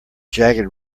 jagged